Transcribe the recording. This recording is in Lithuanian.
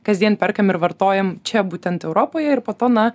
kasdien perkam ir vartojam čia būtent europoj ir po to na